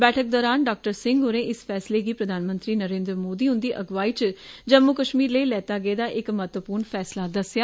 बैठक दौरान डाक्टर सिंह होरें इस फैसले गी प्रधानमंत्री नरेन्द्र मोदी हन्दी अग्आई च जम्मू कश्मीर लेई लैता गेदा इक महत्वपूर्ण फैसला दस्सेया